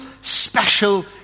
special